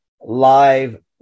live